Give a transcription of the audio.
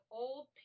old